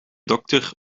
dokter